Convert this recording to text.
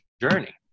journey